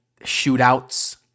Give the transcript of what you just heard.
shootouts